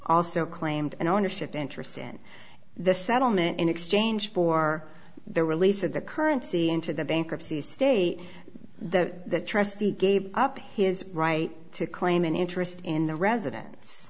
also claimed an ownership interest in the settlement in exchange for the release of the currency into the bankruptcy state the trustee gave up his right to claim an interest in the residen